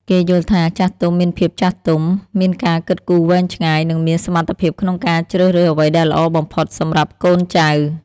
គេយល់ថា ចាស់ទុំមានភាពចាស់ទុំ មានការគិតគូរវែងឆ្ងាយ និងមានសមត្ថភាពក្នុងការជ្រើសរើសអ្វីដែលល្អបំផុតសម្រាប់កូនចៅ។